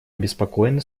обеспокоены